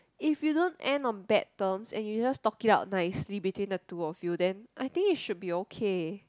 if you don't end on bad terms and you just talk it out nicely between the two of you then I think it should be okay